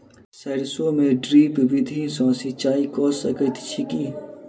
सैरसो मे ड्रिप विधि सँ सिंचाई कऽ सकैत छी की?